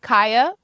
Kaya